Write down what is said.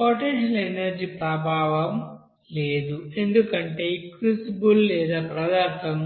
potential energy ప్రభావం లేదు ఎందుకంటే ఈ క్రూసిబుల్ లేదా పదార్థం